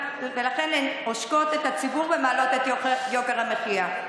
הן עושקות את הציבור ומעלות את יוקר המחיה.